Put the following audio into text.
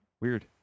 Weird